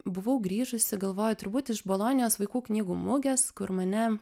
buvau grįžusi galvoju turbūt iš bolonijos vaikų knygų mugės kur mane